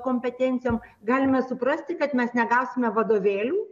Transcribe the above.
kompetencijom galime suprasti kad mes negausime vadovėlių